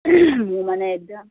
মোৰ মানে একদম